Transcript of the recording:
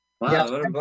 Wow